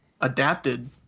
adapted